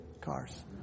cars